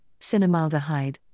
cinnamaldehyde